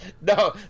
no